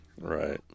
Right